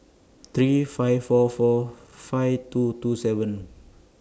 three five four four five two two seven